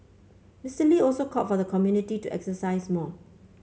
Mister Lee also called for the community to exercise more